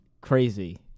crazy